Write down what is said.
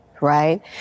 right